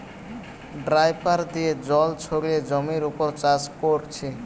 dripper দিয়ে জল ছড়িয়ে জমির উপর চাষ কোরছে